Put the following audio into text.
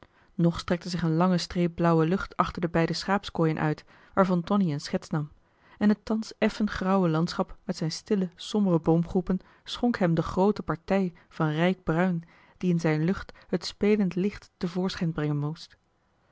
nog strekte zich een lange streep blauwe lucht achter de beide schaapskooien uit waarvan tonie een schets nam en het thans effen grauwe landschap met zijn stille sombere boomgroepen schonk hem de groote partij van rijk bruin die in zijn lucht het spelend licht te voorschijn brengen moest